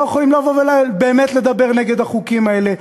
יכולים לבוא ובאמת לדבר נגד החוקים האלה,